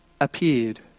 appeared